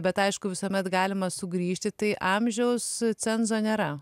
bet aišku visuomet galima sugrįžti tai amžiaus cenzo nėra